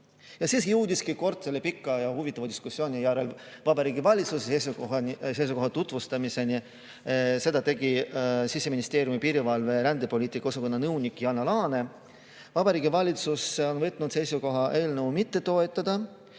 Siis jõudiski kord selle pika ja huvitava diskussiooni järel Vabariigi Valitsuse seisukoha tutvustamiseni. Seda tegi Siseministeeriumi piirivalve‑ ja rändepoliitika osakonna nõunik Jana Laane. Vabariigi Valitsus on võtnud seisukoha eelnõu mitte toetada.